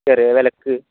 ചെറിയ വിലയ്ക്ക്